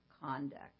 conduct